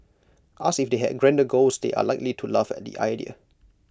asked if they had grander goals they are likely to laugh at the idea